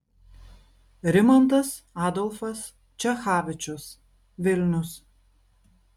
rimantas adolfas čechavičius vilnius